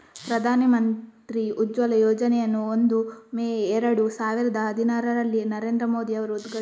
ಪ್ರಧಾನ ಮಂತ್ರಿ ಉಜ್ವಲ ಯೋಜನೆಯನ್ನು ಒಂದು ಮೇ ಏರಡು ಸಾವಿರದ ಹದಿನಾರರಲ್ಲಿ ನರೇಂದ್ರ ಮೋದಿ ಅವರು ಉದ್ಘಾಟಿಸಿದರು